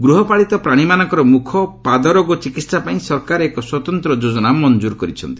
ଗୃହପାଳିତ ପ୍ରାଣୀମାନଙ୍କର ମୁଖ ଓ ପାଦ ରୋଗ ଚିକିହାପାଇଁ ସରକାର ଏକ ସ୍ୱତନ୍ତ୍ର ଯୋଜନା ମଞ୍ଜର କରିଛନ୍ତି